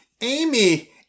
Amy